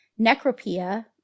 Necropia